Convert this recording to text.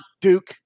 Duke